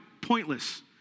pointless